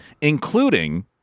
Including